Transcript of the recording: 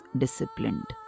disciplined